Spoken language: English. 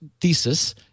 thesis